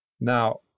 Now